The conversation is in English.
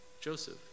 Joseph